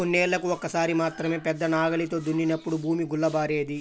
కొన్నేళ్ళకు ఒక్కసారి మాత్రమే పెద్ద నాగలితో దున్నినప్పుడు భూమి గుల్లబారేది